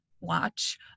watch